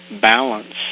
balance